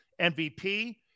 MVP